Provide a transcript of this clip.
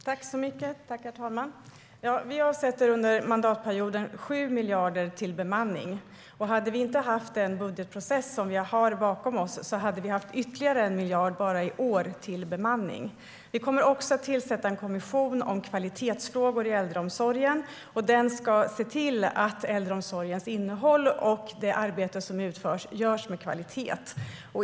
Herr talman! Ja, vi avsätter under mandatperioden 7 miljarder till bemanning. Hade vi inte haft den budgetprocess bakom oss som vi har haft hade vi haft ytterligare 1 miljard bara i år till bemanning. Vi kommer också att tillsätta en kommission om kvalitetsfrågor i äldreomsorgen. Den ska se till att äldreomsorgens innehåll och det arbete som utförs har kvalitet.